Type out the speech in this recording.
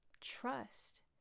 trust